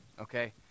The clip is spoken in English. Okay